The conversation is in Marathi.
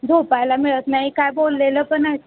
झोपायला मिळत नाही काय बोललेलं पण